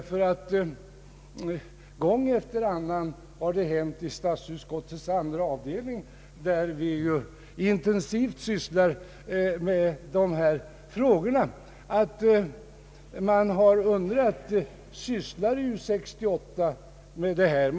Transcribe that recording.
Gång efter annan har det nämligen hänt i statsutskottets andra avdelning, där vi intensivt sysslar med dessa ting, att vi frågat oss om U 68 verkligen sysslar med sådana problem.